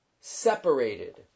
separated